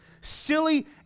silly